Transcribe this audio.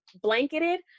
blanketed